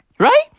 Right